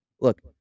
look